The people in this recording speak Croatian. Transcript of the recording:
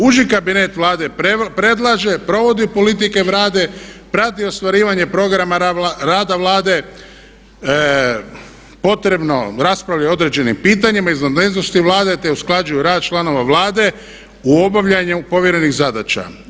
Uži kabinet Vlade predlaže, provodi politike Vlade, prati ostvarivanje programa rada Vlade, potrebno raspravlja i o određenim pitanjima … Vlade, te usklađuju rad članova Vlade u obavljanju povjerenih zadaća.